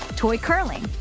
toy curling.